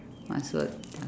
must work ah